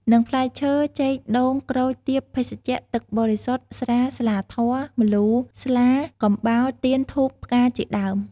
និងផ្លែឈើ ចេក ដូង ក្រូច ទៀប ភេសជ្ជៈ ទឹកបរិសុទ្ធ ស្រា ស្លាធម៌ ម្លូ ស្លា កំបោរ ទៀន ធូប ផ្កាជាដើម។